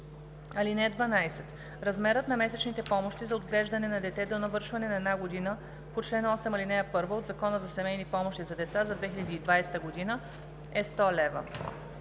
т. 1. (12) Размерът на месечните помощи за отглеждане на дете до навършване на една година по чл. 8, ал. 1 от Закона за семейни помощи за деца за 2020 г. е 100 лв.